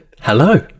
Hello